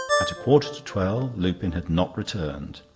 at a quarter to twelve lupin had not returned,